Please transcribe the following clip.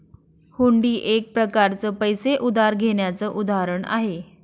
हुंडी एक प्रकारच पैसे उधार घेण्याचं उदाहरण आहे